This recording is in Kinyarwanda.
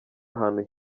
ahantu